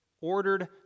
ordered